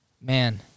Man